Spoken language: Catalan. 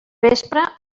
vespre